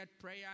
prayer